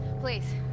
Please